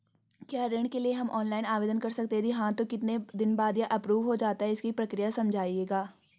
क्या ऋण के लिए हम ऑनलाइन आवेदन कर सकते हैं यदि हाँ तो कितने दिन बाद यह एप्रूव हो जाता है इसकी प्रक्रिया समझाइएगा?